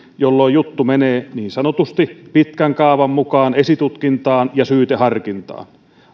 jolloin juttu menee niin sanotusti pitkän kaavan mukaan esitutkintaan ja syyteharkintaan